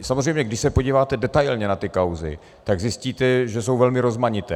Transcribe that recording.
Samozřejmě když se podíváte detailně na ty kauzy, tak zjistíte, že jsou velmi rozmanité.